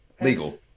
Legal